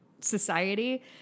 society